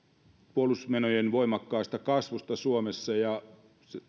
puolustusmenojen voimakkaasta kasvusta suomessa